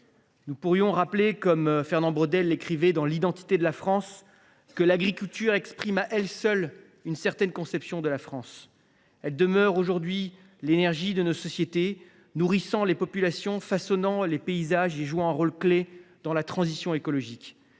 commerciale. Comme Fernand Braudel dans, nous pouvons affirmer que l’agriculture exprime à elle seule une certaine conception de la France. Elle demeure aujourd’hui l’énergie de nos sociétés, nourrissant les populations, façonnant les paysages et jouant un rôle clé dans la transition écologique.